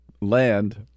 Land